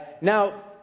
now